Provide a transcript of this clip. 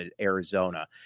Arizona